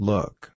Look